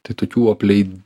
tai tokių aplei